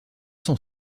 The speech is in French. sont